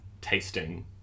tasting